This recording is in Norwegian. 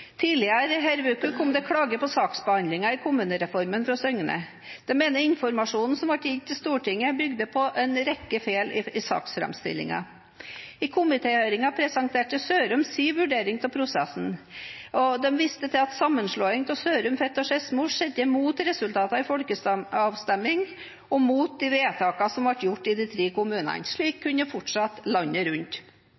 Tidligere denne uken kom det en klage på saksbehandlingen av kommunereformen fra Søgne. De mener at informasjonen som ble gitt i Stortinget, bygde på en rekke feil i saksframstillingen. I komitéhøringen presenterte Sørum sine vurderinger av prosessen. De viste til at sammenslåingen av Sørum, Fet og Skedsmo skjedde til tross for resultatene i folkeavstemningene og til tross for de vedtakene som ble gjort i de tre kommunene. Slik